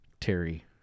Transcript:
Terry